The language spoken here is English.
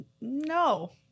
no